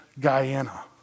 Guyana